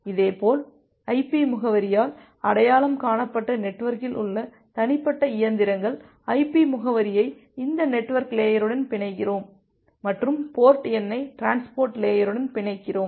இதேபோல் ஐபி முகவரியால் அடையாளம் காணப்பட்ட நெட்வொர்க்கில் உள்ள தனிப்பட்ட இயந்திரங்கள் ஐபி முகவரியை இந்த நெட்வொர்க் லேயருடன் பிணைக்கிறோம் மற்றும் போர்ட் எண்ணை டிரான்ஸ்போர்ட் லேயருடன் பிணைக்கிறோம்